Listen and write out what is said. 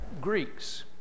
Greeks